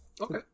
Okay